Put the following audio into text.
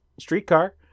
Streetcar